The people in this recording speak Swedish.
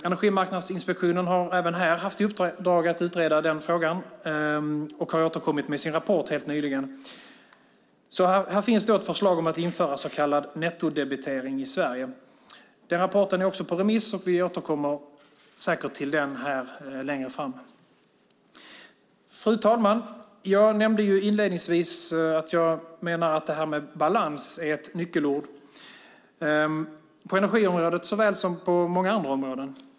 Energimarknadsinspektionen har även haft i uppdrag att utreda den frågan och har återkommit med sin rapport helt nyligen. Här finns ett förslag om att införa så kallad nettodebitering i Sverige. Den rapporten är också på remiss, och vi återkommer säkert till den här längre fram. Fru talman! Jag nämnde inledningsvis att jag menar att det här med balans är ett nyckelord på energiområdet såväl som på många andra områden.